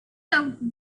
doubt